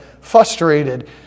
frustrated